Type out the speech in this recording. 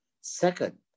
Second